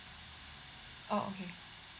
oh okay